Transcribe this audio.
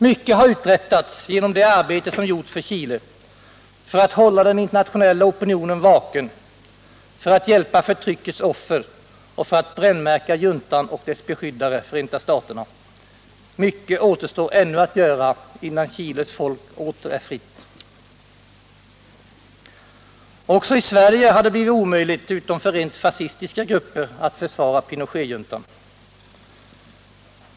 Mycket har uträttats genom det arbete som gjorts för Chile för att hålla den internationella opinionen vaken, för att hjälpa förtryckets offer och för att brännmärka juntan och dess beskyddare, Förenta staterna. Men mycket återstår ännu att göra, innan Chiles folk åter är fritt. Också i Sverige har det, utom för rent fascistiska grupper, blivit omöjligt att försvara Pinochetjuntan.